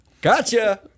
Gotcha